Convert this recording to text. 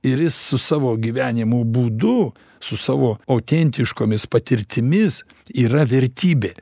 ir jis su savo gyvenimo būdu su savo autentiškomis patirtimis yra vertybė